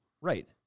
Right